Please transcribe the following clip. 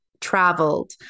traveled